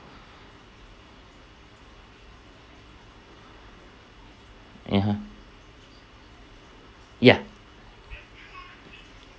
(uh huh) ya